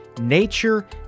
nature